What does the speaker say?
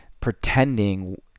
pretending